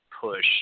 push